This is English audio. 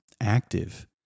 active